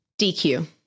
dq